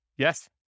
Yes